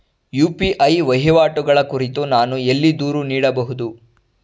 UPI ವಹಿವಾಟುಗಳ ಕುರಿತು ನಾನು ಎಲ್ಲಿ ದೂರು ನೀಡಬಹುದು?